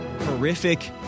horrific